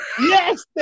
Yes